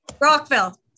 Rockville